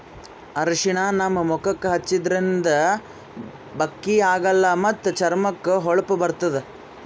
ಅರ್ಷಿಣ ನಮ್ ಮುಖಕ್ಕಾ ಹಚ್ಚದ್ರಿನ್ದ ಬಕ್ಕಿ ಆಗಲ್ಲ ಮತ್ತ್ ಚರ್ಮಕ್ಕ್ ಹೊಳಪ ಬರ್ತದ್